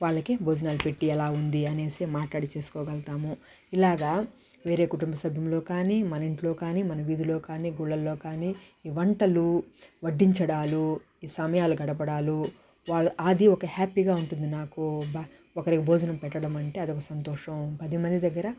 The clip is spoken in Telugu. వాళ్ళకి భోజనాలు పెట్టి ఎలా ఉంది అనేసి మాట్లాడి చేసుకోగలుగుతాము ఇలాగా వేరే కుటుంబ సభ్యులు కానీ మన ఇంట్లో కాని మన వీధిలో కానీ గుళ్ళలో కానీ ఈ వంటలు వడ్డించడాలు సమయాలు గడపడాలు వాళ్ళు అది ఒక హ్యాపీగా ఉంటుంది నాకు ఒకరికి భోజనం పెట్టడం అంటే అది ఒక సంతోషం పది మంది దగ్గర